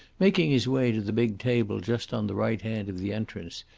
making his way to the big table just on the right hand of the entrance,